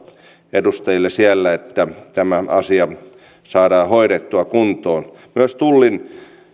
edustajille siellä että tämä asia saadaan hoidettua kuntoon myös tullin